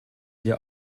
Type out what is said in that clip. wir